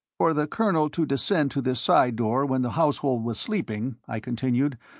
for the colonel to descend to this side door when the household was sleeping, i continued,